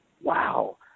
wow